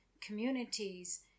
communities